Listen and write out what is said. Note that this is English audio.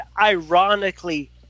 ironically